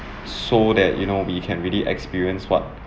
so that you know we can really experience what